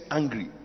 angry